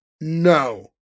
No